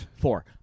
Four